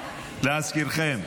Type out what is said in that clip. להזכירכם,